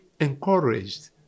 encouraged